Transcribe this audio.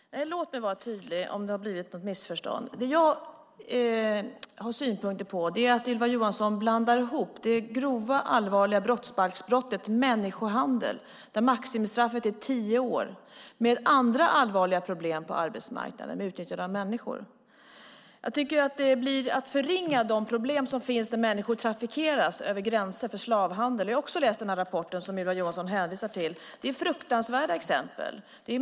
Fru talman! Låt mig vara tydlig om det har blivit något missförstånd. Det jag har synpunkter på är att Ylva Johansson blandar ihop det grova allvarliga brottsbalksbrottet människohandel, där maximistraffet är tio år, med andra allvarliga problem på arbetsmarknaden, utnyttjandet av människor. Det är att förringa de problem som finns när människor trafikeras över gränser för slavhandel. Jag har också läst rapporten som Ylva Johansson hänvisar till, och där finns fruktansvärda exempel.